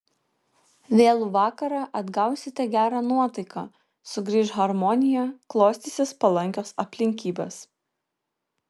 vėlų vakarą atgausite gerą nuotaiką sugrįš harmonija klostysis palankios aplinkybės